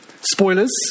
Spoilers